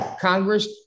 Congress